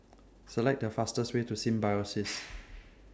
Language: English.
Select The fastest Way to Symbiosis